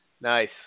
Nice